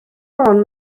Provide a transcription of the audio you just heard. fôn